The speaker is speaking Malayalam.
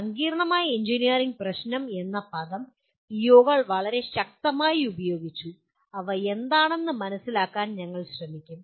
സങ്കീർണ്ണമായ എഞ്ചിനീയറിംഗ് പ്രശ്നം എന്ന പദം പിഒകൾ വളരെ ശക്തമായി ഉപയോഗിച്ചു അവ എന്താണെന്ന് മനസിലാക്കാൻ ഞങ്ങൾ ശ്രമിക്കും